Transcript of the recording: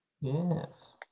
yes